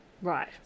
Right